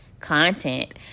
content